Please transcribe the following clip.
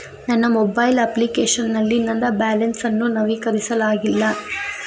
ನನ್ನ mobile application ನಲ್ಲಿ ನನ್ನ ಬ್ಯಾಲೆನ್ಸ್ ಅನ್ನು ನವೀಕರಿಸಲಾಗಿಲ್ಲ